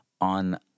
on